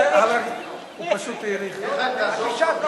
בעד, 14, אין נגד, אין נמנעים.